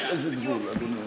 יש איזה גבול, אדוני היושב-ראש.